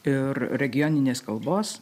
ir regioninės kalbos